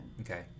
Okay